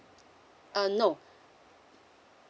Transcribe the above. uh no